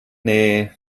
nee